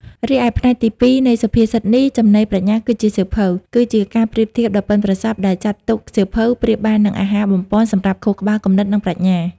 រីឯផ្នែកទីពីរនៃសុភាសិតនេះ ចំណីប្រាជ្ញាគឺជាសៀវភៅ គឺជាការប្រៀបធៀបដ៏ប៉ិនប្រសប់ដែលចាត់ទុក សៀវភៅប្រៀបបាននឹងអាហារបំប៉នសម្រាប់ខួរក្បាល គំនិត និងប្រាជ្ញា។